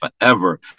forever